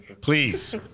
please